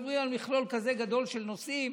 כשמדברים על מכלול כזה גדול של נושאים,